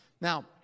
Now